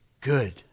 good